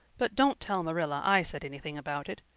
but don't tell marilla i said anything about it.